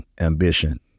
ambition